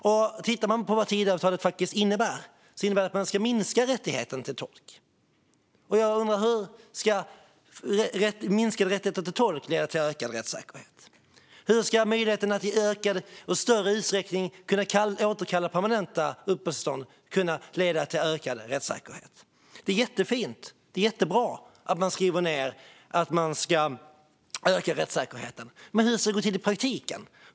Den som tittar på vad Tidöavtalet faktiskt innebär ser att det innebär att rätten till tolk ska minskas. Hur ska minskad rätt till tolk leda till ökad rättssäkerhet? Hur ska möjligheten att i större utsträckning återkalla permanenta uppehållstillstånd leda till ökad rättssäkerhet? Det är jättefint och jättebra att man skriver ned att vi ska öka rättssäkerheten, men hur ska det gå till i praktiken?